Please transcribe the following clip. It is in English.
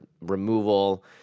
Removal